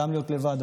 גם להיות לבד,